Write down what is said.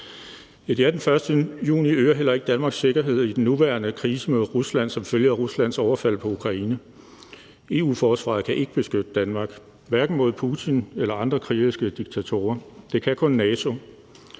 ja den 1. juni øger heller ikke Danmarks sikkerhed i den nuværende krise med Rusland som følge af Ruslands overfald på Ukraine. EU-forsvaret kan ikke beskytte Danmark, hverken mod Putin eller andre krigeriske diktatorer, det kan kun NATO.